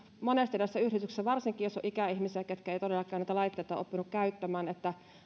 monesti näissä yhdistyksissä on ihmisiä varsinkin jos on ikäihmisiä ketkä eivät todellakaan näitä laitteita ole oppineet käyttämään